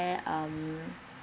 um